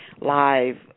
live